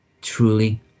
truly